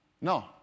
No